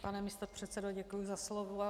Pane místopředsedo, děkuji za slovo.